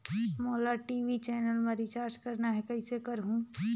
मोला TV channel मा recharge करना हे, कइसे करहुँ?